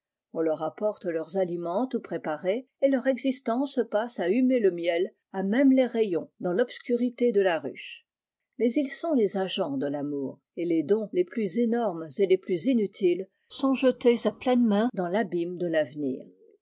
on leur apporte leurs aliments tout préparés et leur existence se passe à humer le miel à même les rayons dans l'obscurité de la ruche mais ils sont les agents de l'amour et les dons les plus énormes et les plus inutiles sont jetés à pleines mains dans l'abîme de l'avenir